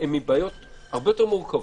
עם בעיות הרבה יותר מורכבות.